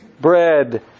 bread